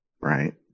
right